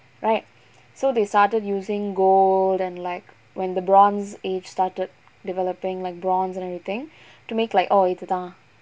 right so they started using gold and like when the bronze age started developing like bronze and everything to make like இது தான்:ithu thaan